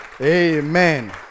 Amen